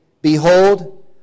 Behold